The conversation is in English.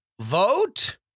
Vote